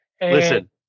Listen